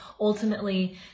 ultimately